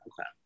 Okay